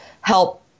help